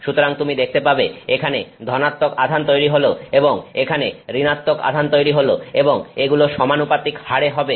সুতরাং তুমি দেখতে পাবে এখানে ধনাত্মক আধান তৈরি হলো এবং এখানে ঋণাত্মক আধান তৈরি হলো এবং এগুলো সমানুপাতিক হারে হবে